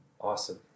Awesome